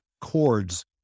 chords